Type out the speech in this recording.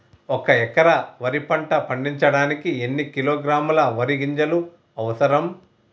ఒక్క ఎకరా వరి పంట పండించడానికి ఎన్ని కిలోగ్రాముల వరి గింజలు అవసరం?